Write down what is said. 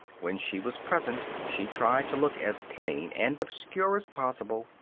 when she was present she tried to look as plain and obscure as possible,